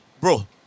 bro